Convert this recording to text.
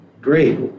great